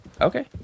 Okay